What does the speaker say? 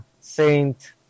Saint